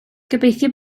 gobeithio